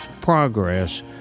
progress